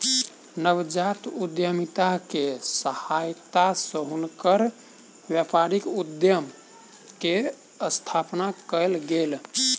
नवजात उद्यमिता के सहायता सॅ हुनकर व्यापारिक उद्यम के स्थापना कयल गेल